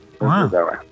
Wow